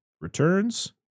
returns